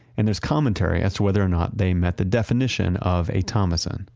and there's commentary as to whether or not they met the definition of a thomasson.